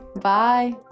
Bye